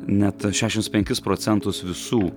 net šešiasdešimt pekis procentus visų